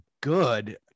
good